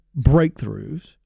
breakthroughs